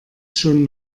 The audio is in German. schon